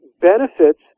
benefits